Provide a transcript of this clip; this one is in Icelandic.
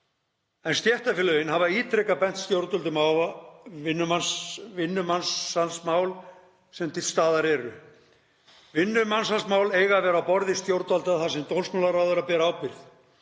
en stéttarfélögin hafa ítrekað bent stjórnvöldum á vinnumansalsmál sem til staðar eru. Vinnumansalsmál eiga að vera á borði stjórnvalda þar sem dómsmálaráðherra ber ábyrgð.